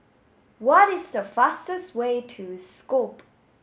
what is the fastest way to Skopje